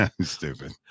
Stupid